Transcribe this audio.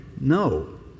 No